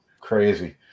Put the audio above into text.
Crazy